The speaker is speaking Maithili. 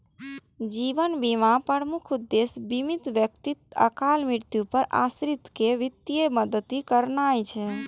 जीवन बीमाक प्रमुख उद्देश्य बीमित व्यक्तिक अकाल मृत्यु पर आश्रित कें वित्तीय मदति करनाय छै